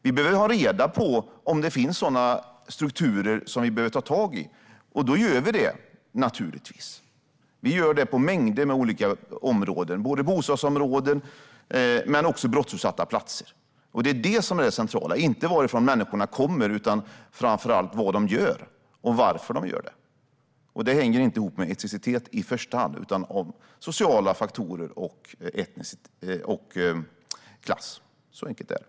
Vi behöver få reda på om det finns strukturer som vi behöver ta tag i. I fall det finns gör vi naturligtvis det. Och det gör vi på mängder av olika områden, i bostadsområden men också på brottsutsatta platser. Det är det centrala, inte varifrån människorna kommer utan framför allt vad de gör och varför de gör det. Och det hänger inte ihop med etnicitet i första hand utan med sociala faktorer och klass. Så enkelt är det.